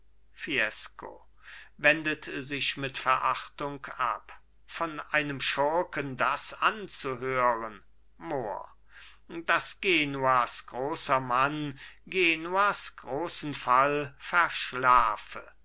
fiesco wendet sich mit verachtung ab von einem schurken das anzuhören mohr daß genuas großer mann genuas großen fall verschlafe